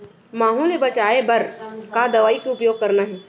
माहो ले बचाओ बर का दवई के उपयोग करना हे?